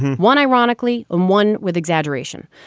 one ironically on one with exaggeration.